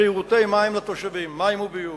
שירותי מים לתושבים, מים וביוב.